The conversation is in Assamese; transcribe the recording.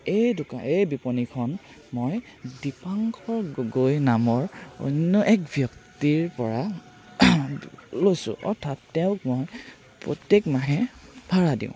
এই দোকান এই বিপণিখন মই দীপাংকৰ গগৈ নামৰ অন্য এক ব্যক্তিৰ পৰা লৈছোঁ অৰ্থাৎ তেওঁক মই প্ৰত্যেক মাহে ভাড়া দিওঁ